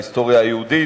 ההיסטוריה היהודית,